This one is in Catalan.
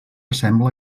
sembla